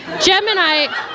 Gemini